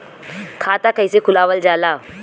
खाता कइसे खुलावल जाला?